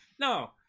no